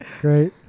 Great